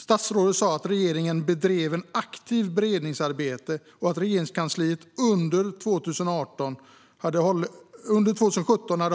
Statsrådet sa att regeringen bedrev ett aktivt beredningsarbete och att Regeringskansliet under 2017 hade